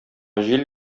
җил